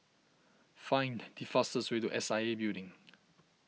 find the fastest way to S I A Building